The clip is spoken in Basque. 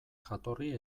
jatorri